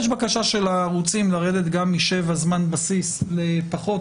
יש בקשה של הערוצים לרדת גם מזמן בסיס 7 לפחות.